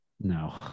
No